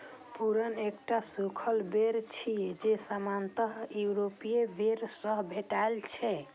prune एकटा सूखल बेर छियै, जे सामान्यतः यूरोपीय बेर सं भेटै छै